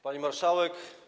Pani Marszałek!